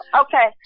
okay